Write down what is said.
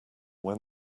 when